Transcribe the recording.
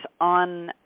on